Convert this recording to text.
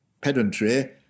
pedantry